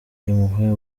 impuhwe